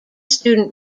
student